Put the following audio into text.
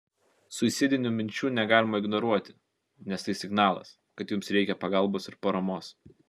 suicidinių minčių negalima ignoruoti nes tai signalas kad jums reikia pagalbos ir paramos